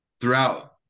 throughout